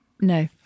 No